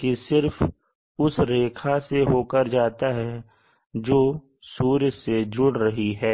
कि सिर्फ उस रेखा से होकर जाता है जो सूर्य से जुड़ रही है